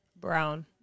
Brown